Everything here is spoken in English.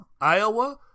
Iowa